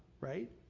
right